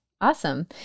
awesome